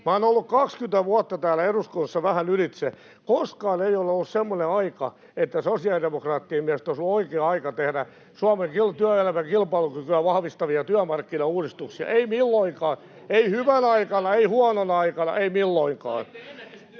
Minä olen ollut 20 vuotta täällä eduskunnassa, vähän ylitse, ja koskaan ei ole ollut semmoinen aika, että sosiaalidemokraattien mielestä olisi oikea aika tehdä Suomen työelämän kilpailukykyä vahvistavia työmarkkinauudistuksia, ei milloinkaan. Ei hyvän aikana, ei huonon aikana, ei milloinkaan.